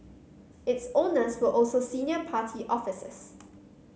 its owners were also senior party officers